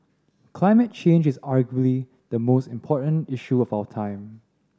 climate change is arguably the most important issue of our time